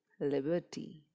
liberty